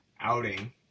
outing